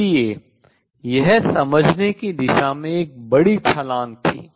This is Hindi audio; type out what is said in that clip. इसलिए यह समझने की दिशा में एक बड़ी छलांग थी